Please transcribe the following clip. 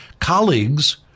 colleagues